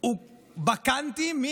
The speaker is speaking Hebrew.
הוא בקאנטים?